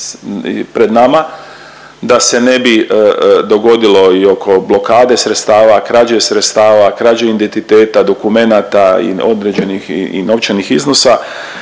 da se ne bi dogodilo i oko blokade sredstava, krađe sredstava, krađe identiteta, dokumenata i određenih i novčanih iznosa